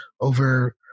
over